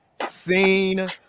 seen